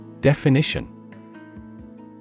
Definition